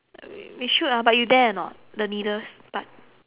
we should ah but you dare or not the needles part